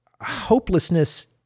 hopelessness